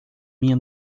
minha